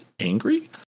angry